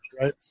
right